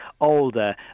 older